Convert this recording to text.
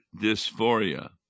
dysphoria